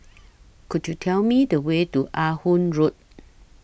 Could YOU Tell Me The Way to Ah Hood Road